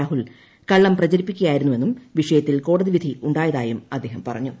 രാഹുൽ കള്ളം പ്രചരിപ്പിക്കുകയായിരുന്നു എന്നും വിഷയത്തിൽ കോടതി വിധിയുണ്ടായതായും അദ്ദേഹം പറഞ്ഞു